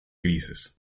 grises